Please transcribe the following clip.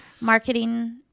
marketing